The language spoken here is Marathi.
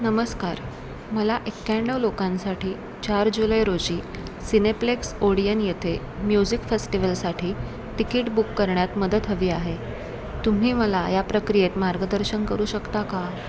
नमस्कार मला एक्याण्णव लोकांसाठी चार जुलै रोजी सिनेप्लेक्स ओडियन येथे म्युझिक फेस्टिवलसाठी तिकीट बुक करण्यात मदत हवी आहे तुम्ही मला या प्रक्रियेत मार्गदर्शन करू शकता का